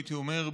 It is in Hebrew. הייתי אומר,